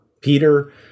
Peter